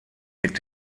mit